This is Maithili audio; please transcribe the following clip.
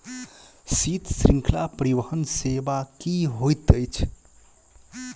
शीत श्रृंखला परिवहन सेवा की होइत अछि?